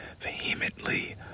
vehemently